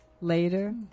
later